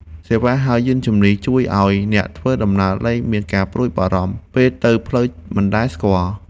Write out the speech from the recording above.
សេវាហៅយានជំនិះ ជួយឱ្យអ្នកធ្វើដំណើរលែងមានការព្រួយបារម្ភពេលទៅផ្លូវដែលមិនស្គាល់។